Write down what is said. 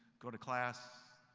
go to class,